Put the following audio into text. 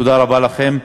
תודה רבה לכם.